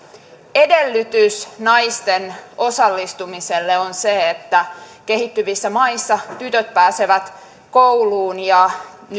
edellytys naisten osallistumiselle on se että kehittyvissä maissa tytöt pääsevät kouluun ja